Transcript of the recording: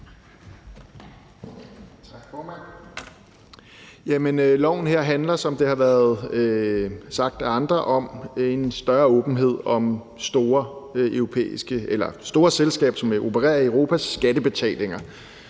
Tak for det.